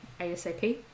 ASAP